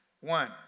One